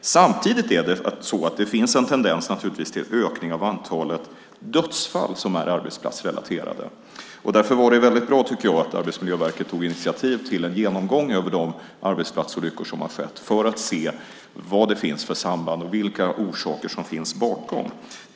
Samtidigt finns det en tendens till ökning av antalet dödsfall som är arbetsplatsrelaterade. Därför tycker jag att det var mycket bra att Arbetsmiljöverket tog initiativ till en genomgång av de arbetsplatsolyckor som har skett, vad det finns för samband och vilka orsaker som finns bakom.